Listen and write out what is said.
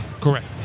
Correct